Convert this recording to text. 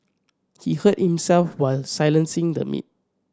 he hurt himself while silencing the meat